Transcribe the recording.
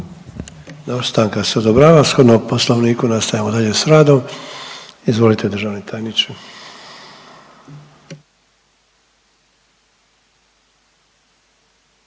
stanka je odobrena. Shodno poslovnika nastavljamo dalje s radom, poštovani državni tajnik